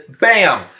bam